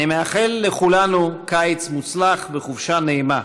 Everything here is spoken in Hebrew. אני מאחל לכולנו קיץ מוצלח וחופשה נעימה.